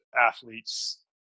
athletes